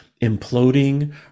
imploding